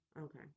Okay